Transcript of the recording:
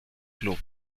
club